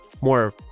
more